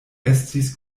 estis